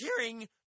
hearing